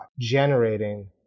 generating